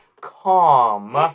calm